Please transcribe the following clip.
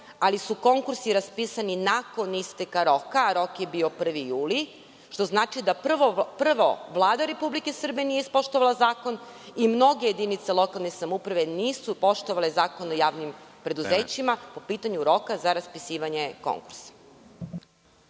ali su konkursi raspisani nakon isteka roka, a rok je bio 1. jul, što znači da prvo Vlada Republike Srbije nije ispoštovala zakon i mnoge jedinice lokalne samouprave nisu poštovale Zakon o javnim preduzećima po pitanju roka za raspisivanje konkursa.